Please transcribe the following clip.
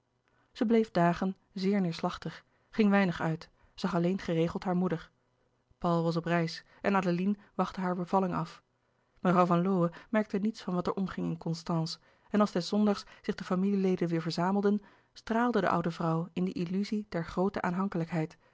zij bleef dagen zeer neêrslachtig ging weinig uit zag alleen geregeld haar moeder paul was op reis en adeline wachtte hare bevalling af mevrouw van lowe merkte niets van wat er omging in constance en als des zondags zich de familieleden weêr verzamelden straalde de oude vrouw in die illuzie der groote aanhankelijkheid